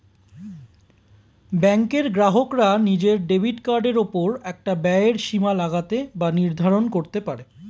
ব্যাঙ্কের গ্রাহকরা নিজের ডেবিট কার্ডের ওপর একটা ব্যয়ের সীমা লাগাতে বা নির্ধারণ করতে পারে